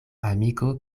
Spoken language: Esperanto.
amiko